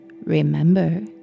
Remember